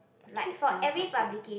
could you smell something